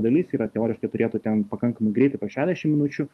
dalis yra teoriškai turėtų ten pakankamai greitai po šešiasdešim minučių